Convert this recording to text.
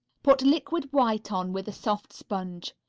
put liquid white on with a soft sponge.